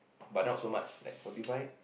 but not so much like forty five